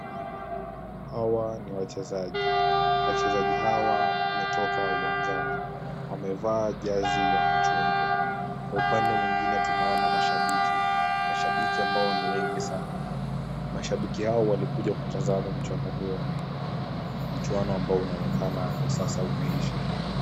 Hawa ni wachezaji. Wachejazi hawa wametoka uwanjani. Wamevaa jazi ya machungwa. Kwa upande mwingine tunaona mashabiki, mashabiki ambao ni wengi sana. Mashabiki hao walikuja kutazama mchuano huo, mchuano ambao unaonekana kwa sasa umeisha.